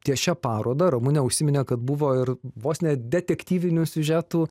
ties šia paroda ramunė užsiminė kad buvo ir vos ne detektyvinių siužetų